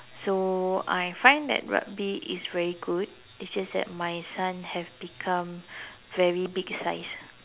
so I find that rugby is very good it's just that my son have become very big sized